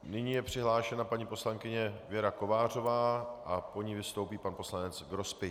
Nyní je přihlášena paní poslankyně Věra Kovářová a po ní vystoupí pan poslanec Grospič.